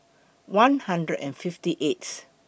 one hundred and fifty eighth